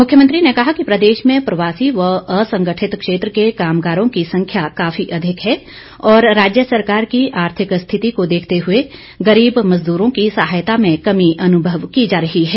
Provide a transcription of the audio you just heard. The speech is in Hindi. मुख्यमंत्री ने कहा कि प्रदेश में प्रवासी व असंगठित क्षेत्र के कामगारों की संख्या काफी अधिक है और राज्य सरकार की आर्थिक स्थिति को देखते हुए गरीब मजदूरों की सहायता में कमी अनुभव की जा रही है